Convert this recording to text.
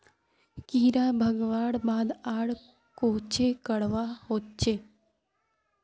कीड़ा भगवार बाद आर कोहचे करवा होचए?